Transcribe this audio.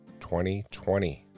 2020